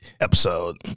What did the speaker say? episode